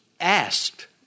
asked